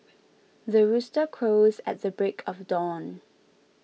the rooster crows at the break of dawn